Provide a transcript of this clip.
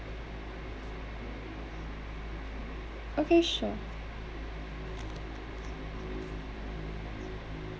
okay sure